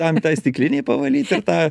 tam tai stiklinei pavalyt ir tą